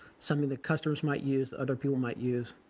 something that customers might use, other people might use.